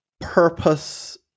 purpose